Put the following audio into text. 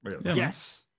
Yes